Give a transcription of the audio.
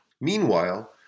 Meanwhile